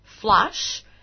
flush